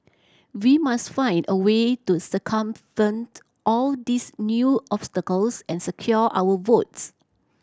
we must find a way to circumvent all these new obstacles and secure our votes